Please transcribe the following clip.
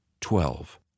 Twelve